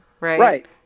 Right